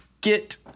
get